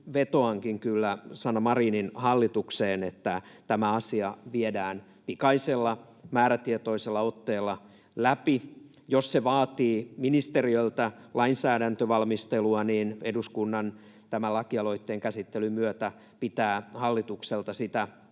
vetoankin kyllä Sanna Marinin hallitukseen, että tämä asia viedään pikaisella, määrätietoisella otteella läpi. Jos se vaatii ministeriöltä lainsäädäntövalmistelua, niin eduskunnan pitää tämän lakialoitteen käsittelyn myötä hallitukselta ja